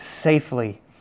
safely